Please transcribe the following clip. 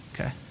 Okay